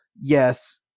yes